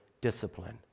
discipline